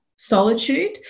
solitude